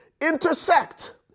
intersect